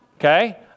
Okay